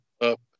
up